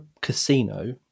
casino